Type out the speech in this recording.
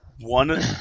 One